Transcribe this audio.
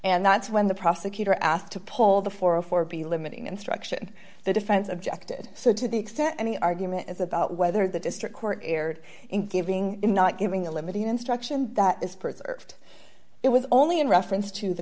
and that's when the prosecutor asked to pull the four a four be limiting instruction the defense objected so to the extent any argument is about whether the district court erred in giving in not giving the limited instruction that is preserved it was only in reference to the